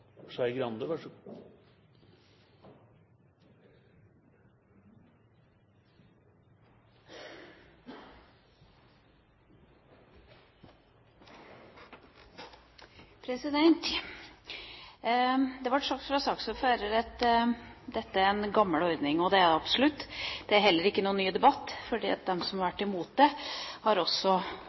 en gammel ordning, og det er den absolutt. Det er heller ikke noen ny debatt, for de som har vært imot ordningen, har også